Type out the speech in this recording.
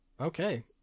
Okay